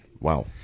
Wow